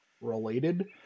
related